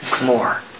More